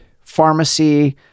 pharmacy